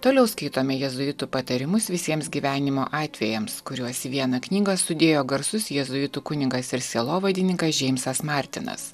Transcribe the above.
toliau skaitome jėzuitų patarimus visiems gyvenimo atvejams kuriuos į vieną knygą sudėjo garsus jėzuitų kunigas ir sielovadininkas džeimsas martinas